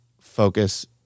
focus